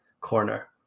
corner